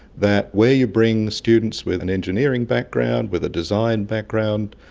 that where you bring students with an engineering background, with a design background,